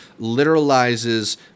literalizes